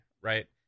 right